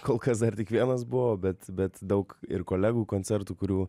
kol kas dar tik vienas buvo bet bet daug ir kolegų koncertų kurių